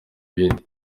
ibindi